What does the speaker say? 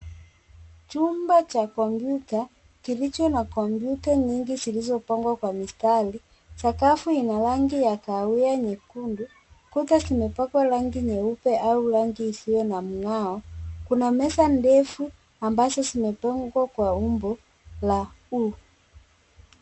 Chumba cha kompyuta kilicho na kompyuta nyingi zilizopangwa kwa mpangilio, sakafu ina rangi ya kahawia nyeusi, kuta zimepambwa kwa rangi nyeupe au rangi nyingine, na kuna meza ndefu ambazo zimepangwa kwa umbo la U.